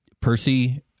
Percy